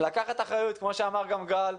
לקחת אחריות, להגיד